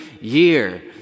year